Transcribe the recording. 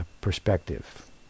perspective